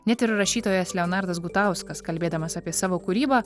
net ir rašytojas leonardas gutauskas kalbėdamas apie savo kūrybą